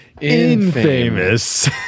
infamous